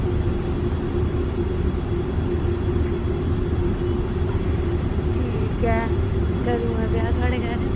ठीक ऐ कंदू ऐ ब्याह थुआढ़े घर